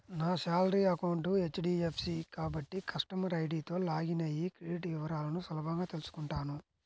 నా salary account HDFC కాబట్టి customer ఐడీతో లాగిన్ అయ్యి క్రెడిట్ వివరాలను సులభంగా తెల్సుకుంటాను